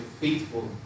faithful